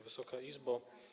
Wysoka Izbo!